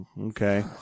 okay